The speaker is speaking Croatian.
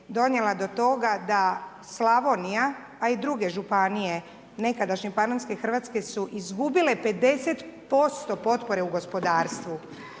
donijela do toga da Slavonija a i druge županije nekadašnje Panonske Hrvatske su izgubile 50% potpore u gospodarstvu.